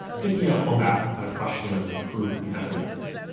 picking up on that kind of question of proof and evidence,